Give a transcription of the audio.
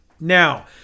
Now